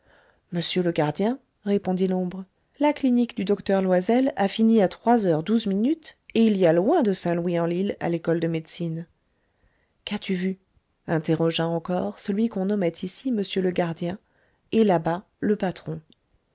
monsieur le gardien répondit l'ombre la clinique du docteur loysel a fini à trois heures douze minutes et il y a loin de saint louis en lile à l'ecole de médecine qu'as-tu vu interrogea encore celui qu'on nommait ici m le gardien et là-bas le patron